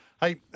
Hey